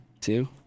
Two